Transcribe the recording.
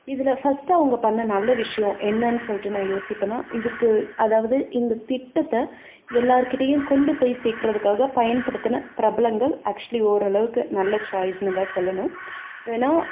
இதில் ஃபஸ்ட்டு அவங்க பண்ண நல்ல விஷயம் என்னென்னு சொல்லிவிட்டு நான் யோசிப்பேன்னா இதுக்கு அதாவது இந்த திட்டத்தை எல்லோருக்கிட்டையும் கொண்டுபோய் சேக்கிறதுக்காக பயன்படுத்தின பிரபலங்கள் ஆக்சுவலி ஓரளவுக்கு நல்ல சாய்ஸ்ன்னு தான் சொல்லணும் வேணுனா